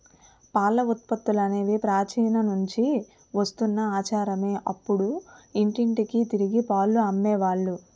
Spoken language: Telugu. పాల ఉత్పత్తులనేవి ప్రాచీన నుంచి వస్తున్న ఆచారమే అప్పుడు ఇంటింటికి తిరిగి పాలు అమ్మే వాళ్ళు